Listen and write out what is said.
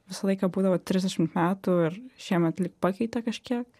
visą laiką būdavo trisdešimt metų ir šiemet lyg pakeitė kažkiek